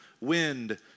wind